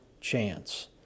chance